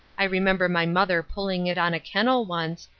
i remember my mother pulling it on a kennel once,